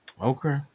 okay